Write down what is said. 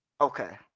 Okay